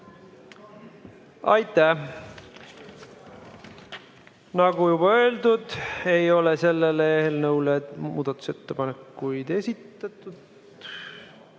Aitäh. Nagu juba öeldud, ei ole selle eelnõu kohta muudatusettepanekuid esitatud.